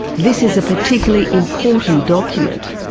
this is a particularly important document.